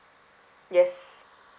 yes